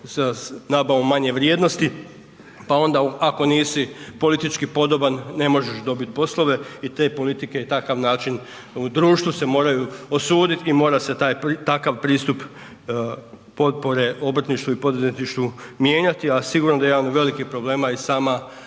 nabavom manje vrijednosti, pa onda ako nisi politički podoban ne možeš dobiti poslove i te politike i takav način u društvu se moraju osuditi i mora se takav pristup potpore obrtništvu i poduzetništvu mijenjati. A sigurno da je jedan od velikih problema i sama